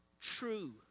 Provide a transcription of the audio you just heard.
true